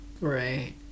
Right